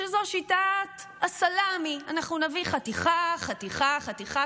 שזו שיטת הסלאמי: אנחנו נביא חתיכה-חתיכה-חתיכה,